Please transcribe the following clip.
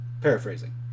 paraphrasing